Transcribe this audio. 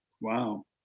Wow